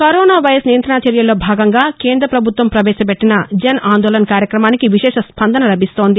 ను corona virus నియంతణ చర్యల్లో భాగంగా కేందృపభుత్వం పవేశపెట్టిన జన్ ఆందోళన్ కార్యక్రమానికి విశేష స్పందన లభిస్తోంది